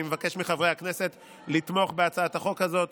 אני מבקש מחברי הכנסת לתמוך בהצעת החוק הזאת.